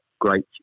great